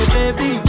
Baby